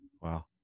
Wow